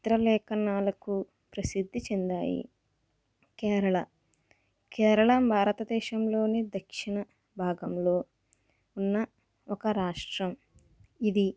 చిత్రలేఖనాలకు ప్రసిద్ధి చెందాయి కేరళ కేరళ భారతదేశంలోని దక్షిణ భాగంలో ఉన్న ఒక రాష్ట్రం ఇది